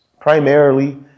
primarily